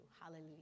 hallelujah